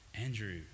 Andrew